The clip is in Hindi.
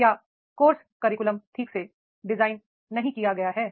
क्या ठीक से डिज़ाइन नहीं किया गया है